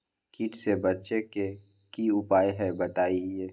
कीट से बचे के की उपाय हैं बताई?